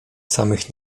samych